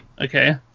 Okay